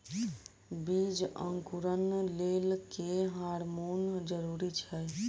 बीज अंकुरण लेल केँ हार्मोन जरूरी छै?